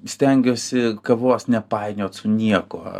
stengiuosi kavos nepainiot su niekuo